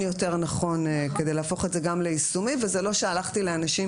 יותר נכון כדי להפוך את זה גם ליישומי וזה לא שהלכתי לאנשים